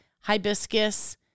hibiscus